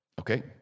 okay